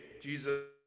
Jesus